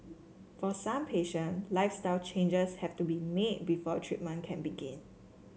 for some patient lifestyle changes have to be made before treatment can begin